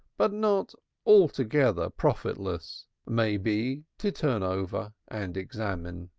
but not altogether profitless, may be, to turn over and examine.